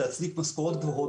למשכורות גבוהות,